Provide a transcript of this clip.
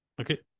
Okay